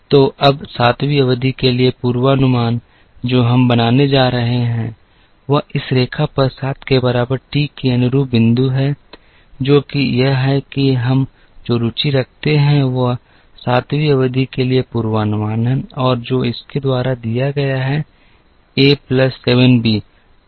तो अब 7 वीं अवधि के लिए पूर्वानुमान जो हम बनाने जा रहे हैं वह इस रेखा पर 7 के बराबर टी के अनुरूप बिंदु है जो कि यह है कि हम जो रुचि रखते हैं वह 7 वीं अवधि के लिए पूर्वानुमान है और जो इसके द्वारा दिया गया है एक प्लस 7 बी